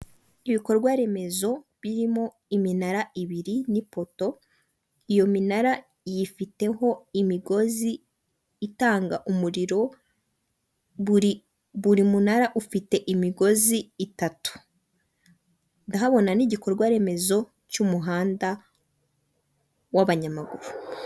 Ibikorwa remezo birimo iminara ibiri n'ipoto iyo minara iyifiteho imigozi itanga umuriro buri buri munara ufite imigozi itatu ndahabona nigikorwa remezo cy'umuhanda w'abanyamaguru.